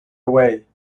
away